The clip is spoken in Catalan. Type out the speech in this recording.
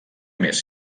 més